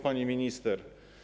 Pani Minister!